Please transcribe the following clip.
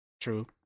True